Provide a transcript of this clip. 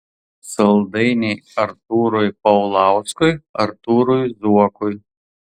saldainiai artūrui paulauskui artūrui zuokui